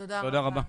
תודה רבה.